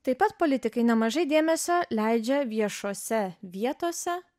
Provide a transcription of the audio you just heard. taip pat politikai nemažai dėmesio leidžia viešose vietose